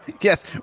Yes